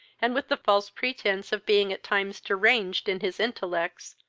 and, with the false pretence of being at times deranged in his intellects,